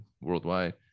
worldwide